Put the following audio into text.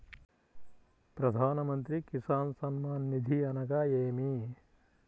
ప్రధాన మంత్రి కిసాన్ సన్మాన్ నిధి అనగా ఏమి?